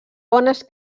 bones